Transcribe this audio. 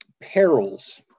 perils